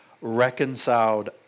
reconciled